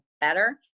better